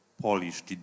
Polish